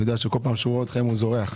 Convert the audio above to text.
כל פעם שהוא רואה אתכם הוא זורח.